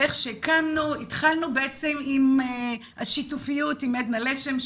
והתחלנו עם השיתופיות עם עדנה לשם,